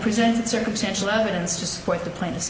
presented circumstantial evidence to support the plan